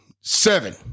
Seven